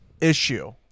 issue